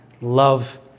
love